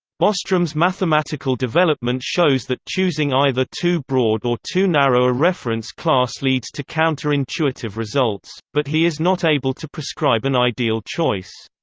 bostrom's mathematical development shows that choosing either too broad or too narrow a reference class leads to counter-intuitive results, but he is not able to prescribe an ideal choice.